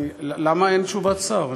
למה אין תשובת שר?